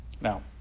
now